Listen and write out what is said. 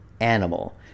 animal